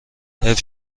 حیف